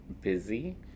busy